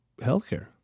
healthcare